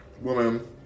woman